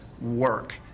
work